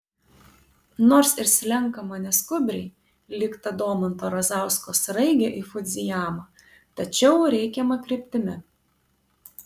nors ir slenkama neskubriai lyg ta domanto razausko sraigė į fudzijamą tačiau reikiama kryptimi